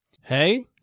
Hey